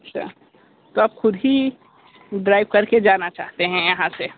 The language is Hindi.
अच्छा तो आप खुद ही ड्राइव करके जाना चाहते है यहाँ से